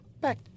back